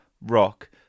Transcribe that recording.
rock